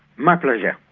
my pleasure.